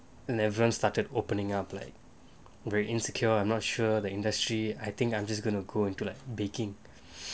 and everyone started opening up like very insecure I'm not sure the industry I think I'm just going to go into like baking